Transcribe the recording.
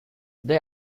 they